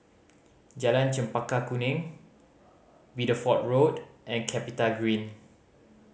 Jalan Chempaka Kuning Bideford Road and CapitaGreen